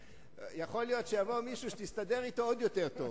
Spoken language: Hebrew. יכול להיות שיבוא מישהו שתסתדר אתו עוד יותר טוב.